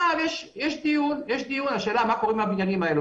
יש דיון, השאלה מה קורה עם הבניינים האלו.